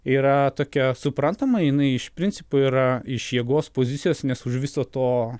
yra tokia suprantama jinai iš principo yra iš jėgos pozicijos nes už viso to